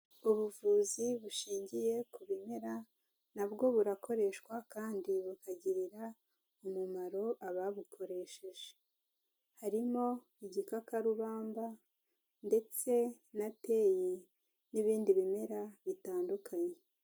Ubuvuzi bushingiye ku bimera, na bwo burakoreshwa kandi bakagirira umumaro ababukoresheje. Harimo igikakarubamba ndetse na teyi, n'ibindi bimera bitandukanye.